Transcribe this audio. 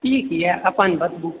ई किए अपन बताबू